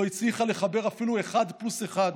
לא הצליחה לחבר אפילו אחד פלוס אחד,